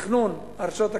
התכנון, ההרשאות הכספיות,